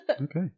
Okay